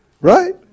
Right